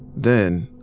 then,